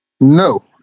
No